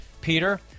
Peter